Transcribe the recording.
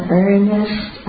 earnest